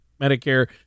Medicare